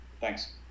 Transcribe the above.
Thanks